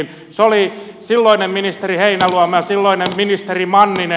se oli silloinen ministeri heinäluoma ja silloinen ministeri manninen